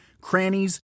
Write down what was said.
crannies